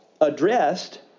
addressed